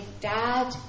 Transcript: Dad